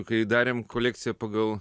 kai darėm kolekciją pagal